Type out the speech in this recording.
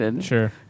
Sure